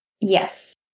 yes